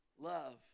love